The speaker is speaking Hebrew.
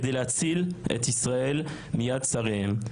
כדי להציל את ישראל מיד צריהם.